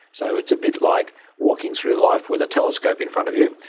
so it's a bit like walking through life with a telescope in front of you.